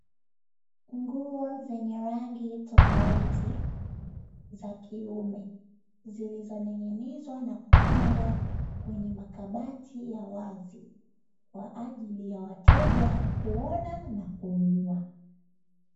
Nguo zenye rangi tofauti za kiume zilizoning'inizwa na kupangwa kwenye makabati ya wazi kwa ajili ya wateja kuona na kununua.